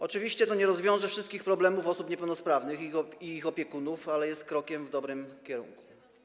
Oczywiście to nie rozwiąże wszystkich problemów osób niepełnosprawnych i ich opiekunów, ale jest krokiem w dobrym kierunku.